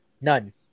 None